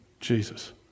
Jesus